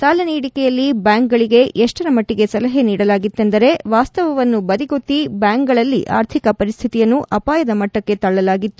ಸಾಲ ನೀಡಿಕೆಯಲ್ಲಿ ಬ್ಲಾಂಕುಗಳಿಗೆ ಎಷ್ಲರ ಮಟ್ಲಗೆ ಸಲಹೆ ನೀಡಲಾಗಿತ್ತೆಂದರೆ ವಾಸ್ತವವನ್ನು ಬದಿಗೊತ್ತಿ ಬ್ಯಾಂಕುಗಳಲ್ಲಿ ಆರ್ಥಿಕ ಪರಿಸ್ತಿತಿಯನ್ನು ಅಪಾಯದ ಮಟ್ಟಕ್ಕೆ ತಳ್ಳಲಾಗಿತ್ತು